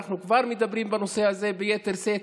ואנחנו כבר מדברים בנושא הזה ביתר שאת.